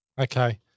Okay